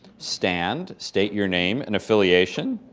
stand, state your name and affiliation.